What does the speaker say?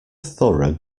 thorough